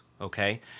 okay